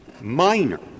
minor